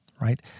right